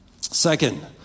Second